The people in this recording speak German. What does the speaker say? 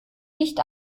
nicht